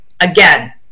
Again